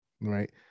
right